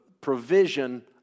provision